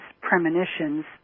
premonitions